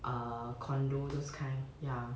err condo those kind ya